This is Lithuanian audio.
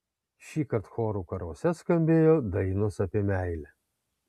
šįkart chorų karuose skambėjo dainos apie meilę